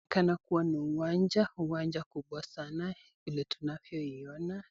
Inaonekana kuwa ni uwanja, uwanja kubwa sana vile tunavyoiona